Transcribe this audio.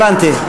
הבנתי.